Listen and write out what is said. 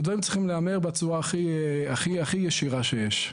והדברים צריכים להיאמר בצורה הכי ישירה שיש.